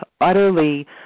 utterly